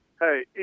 Hey